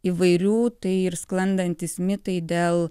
įvairių tai ir sklandantys mitai dėl